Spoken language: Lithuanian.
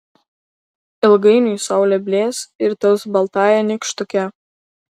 ilgainiui saulė blės ir taps baltąja nykštuke